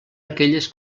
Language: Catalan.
aquelles